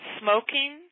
smoking